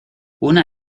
una